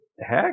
heck